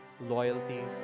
loyalty